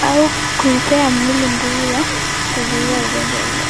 au kuipea mwili nguvu ya kuzuia ugonjwa hiyo.